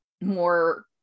more